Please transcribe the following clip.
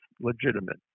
legitimate